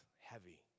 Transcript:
heavy